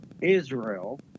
Israel